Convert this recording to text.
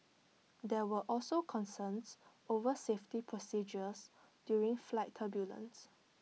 there were also concerns over safety procedures during flight turbulence